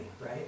right